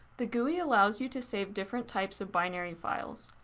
the gui allows you to save different types of binary files.